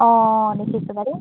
অঁ দেখিছোঁ বাৰু